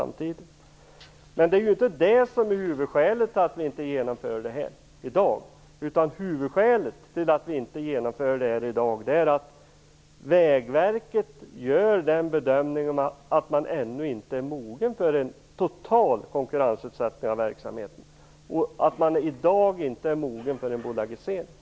Men det är inte det som är huvudskälet till att vi inte genomför detta i dag. Huvudskälet till att vi inte genomför detta i dag är att Vägverket gör bedömningen att man ännu inte är mogen för en total konkurrensutsättning av verksamheten och att man i dag inte är mogen för en bolagisering.